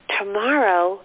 tomorrow